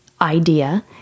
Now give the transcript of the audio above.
idea